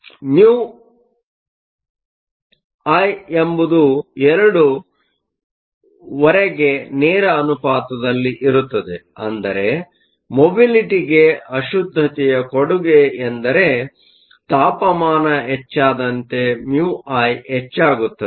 ಆದ್ದರಿಂದ μI ಎಂಬುದು ಎರಡು ಒರೆಗೆ ನೇರ ಅನುಪಾತದಲ್ಲಿರುತ್ತದೆ ಅಂದರೆ ಮೊಬಿಲಿಟಿಗೆ ಅಶುದ್ದತೆಯ ಕೊಡುಗೆ ಎಂದರೆ ತಾಪಮಾನ ಹೆಚ್ಚಾದಂತೆ μI ಹೆಚ್ಚಾಗುತ್ತದೆ